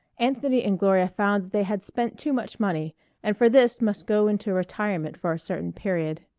anthony and gloria found that they had spent too much money and for this must go into retirement for a certain period.